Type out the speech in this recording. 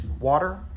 water